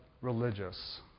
religious